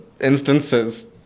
instances